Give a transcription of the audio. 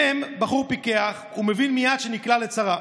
מ' בחור פיקח, ומבין מייד שנקלע לצרה.